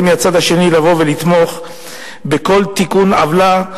מהצד השני לבוא ולתמוך בכל תיקון עוולה,